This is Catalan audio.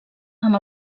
amb